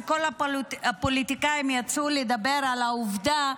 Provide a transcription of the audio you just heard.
וכל הפוליטיקאים יצאו לדבר על העובדה,